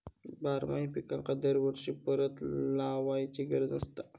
बारमाही पिकांका दरवर्षी परत लावायची गरज नसता